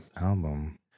Album